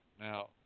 Now